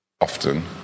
often